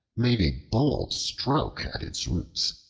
made a bold stroke at its roots.